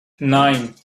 nine